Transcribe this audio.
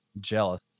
Jealous